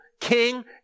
king